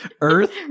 Earth